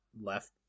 left